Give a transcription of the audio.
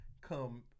come